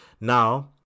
now